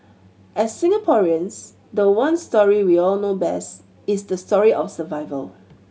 as Singaporeans the one story we all know best is the story of survival